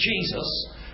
Jesus